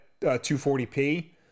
240p